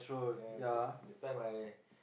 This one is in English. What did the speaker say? yeah cause that time I